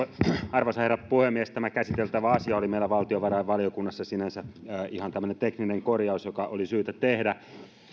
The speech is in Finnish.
arvoisa herra puhemies tämä käsiteltävä asia oli meillä valtiovarainvaliokunnassa sinänsä ihan tämmöinen tekninen korjaus joka oli syytä tehdä